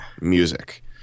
music